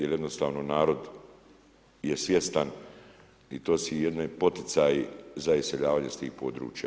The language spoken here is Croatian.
Jer jednostavno narod je svjestan i to su ujedno poticaji za iseljavanje iz tih područja.